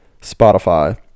Spotify